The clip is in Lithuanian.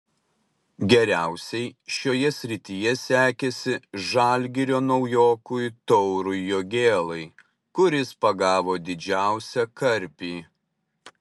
geriausiai šioje srityje sekėsi žalgirio naujokui taurui jogėlai kuris pagavo didžiausią karpį